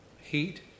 heat